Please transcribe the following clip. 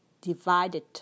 divided